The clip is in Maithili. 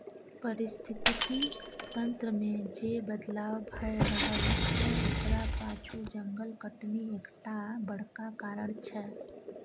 पारिस्थितिकी तंत्र मे जे बदलाव भए रहल छै ओकरा पाछु जंगल कटनी एकटा बड़का कारण छै